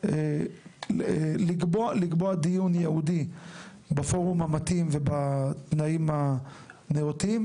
לקבוע דיון ייעודי בפורום המתאים ובתנאים הנאותים,